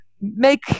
make